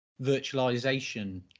virtualization